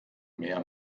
mehr